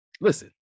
listen